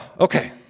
Okay